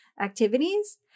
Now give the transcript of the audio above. activities